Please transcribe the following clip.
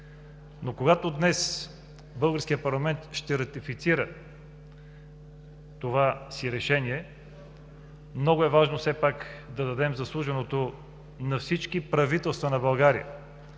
Но, когато днес българският парламент ще ратифицира това си решение, много е важно все пак да дадем заслуженото на всички правителства на България,